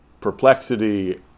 perplexity